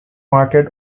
market